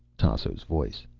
tasso's voice.